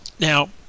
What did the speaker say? Now